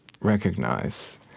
recognize